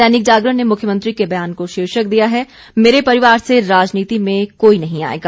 दैनिक जागरण ने मुख्यमंत्री के बयान को शीर्षक दिया है मेरे परिवार से राजनीति में कोई नहीं आएगा